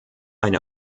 eine